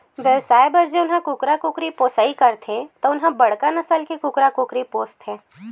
बेवसाय बर जउन ह कुकरा कुकरी पोसइ करथे तउन ह बड़का नसल के कुकरा कुकरी पोसथे